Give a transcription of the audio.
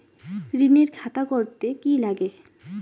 ঋণের খাতা করতে কি লাগে?